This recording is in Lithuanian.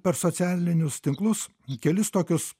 per socialinius tinklus kelis tokius